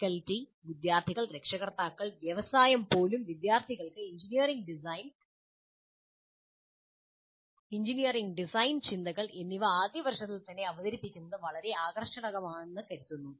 faculty വിദ്യാർത്ഥികൾ രക്ഷകർത്താക്കൾ വ്യവസായം പോലും വിദ്യാർത്ഥികൾക്ക് എഞ്ചിനീയറിംഗ് ഡിസൈൻ എഞ്ചിനീയറിംഗ് ഡിസൈൻ ചിന്തകൾ എന്നിവ ആദ്യവർഷത്തിൽ തന്നെ അവതരിപ്പിക്കുന്നത് വളരെ ആകർഷകമാണ് എന്ന് കരുതുന്നു